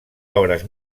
obres